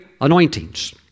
anointings